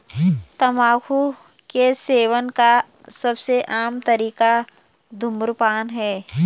तम्बाकू के सेवन का सबसे आम तरीका धूम्रपान है